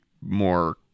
more